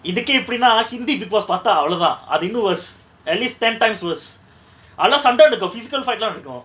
இதுக்கே இப்டினா:ithuke ipdinaa hindi big boss பாத்தா அவளோதா அது இன்னு:paatha avalotha athu innu worse at least ten times worse அதுலா சண்ட நடக்கு:athulaa sanda nadaku physical fight lah நடக்கு:nadaku